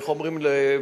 ואיך אומרים?